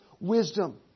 wisdom